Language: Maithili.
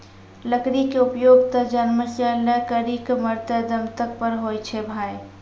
लकड़ी के उपयोग त जन्म सॅ लै करिकॅ मरते दम तक पर होय छै भाय